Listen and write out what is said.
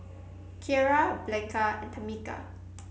Kiera Blanca and Tamica